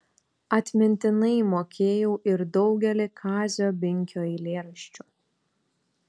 atmintinai mokėjau ir daugelį kazio binkio eilėraščių